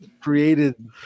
created